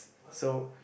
so